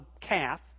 calf